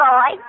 Boy